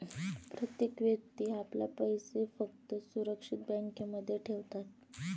प्रत्येक व्यक्ती आपला पैसा फक्त सुरक्षित बँकांमध्ये ठेवतात